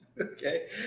okay